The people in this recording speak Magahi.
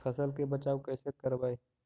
फसल के बचाब कैसे करबय?